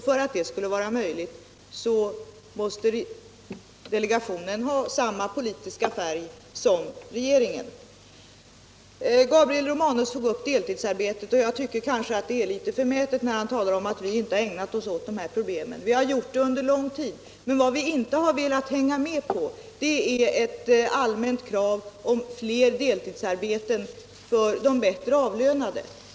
För att det skulle vara möjligt måste delegationen ha samma politiska färg som regeringen. Gabriel Romanus tog upp deltidsarbetet, och jag tycker kanske att det är litet förmätet när han säger att vi inte har ägnat oss åt det problemet. Vi har gjort det under lång tid. men vad vi inte har velat hänga med på är ett allmänt krav om fler deltidsarbeten för de bättre avlönade.